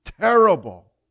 terrible